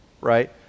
Right